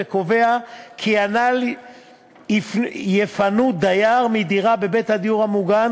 וקובע כי הנ"ל יפנו דייר מדירה בבית הדיור המוגן